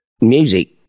Music